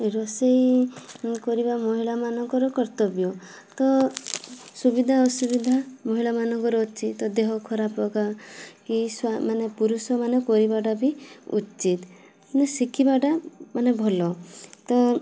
ରୋଷେଇ କରିବା ମହିଳା ମାନଙ୍କର କର୍ତ୍ତବ୍ୟ ତ ସୁବିଧା ଅସୁବିଧା ମହିଳା ମାନଙ୍କର ଅଛି ତ ଦେହ ଖରାପ ହକା ସ୍ବା ପୁରୁଷମାନେ କରିବାଟା ବି ଉଚିତ କିନ୍ତୁ ଶିଖିବାଟା ମାନେ ଭଲ ତ